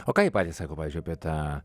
o ką jie patys sako pavyzdžiui apie tą